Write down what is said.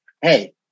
Hey